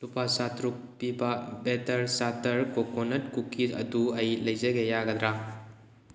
ꯂꯨꯄꯥ ꯆꯥꯇꯔꯨꯛ ꯄꯤꯕ ꯕꯦꯠꯇꯔ ꯆꯥꯇꯔ ꯀꯣꯀꯣꯅꯠ ꯀꯨꯀꯤꯁ ꯑꯗꯨ ꯑꯩ ꯂꯩꯖꯒꯦ ꯌꯥꯒꯗ꯭ꯔꯥ